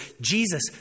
Jesus